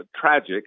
tragic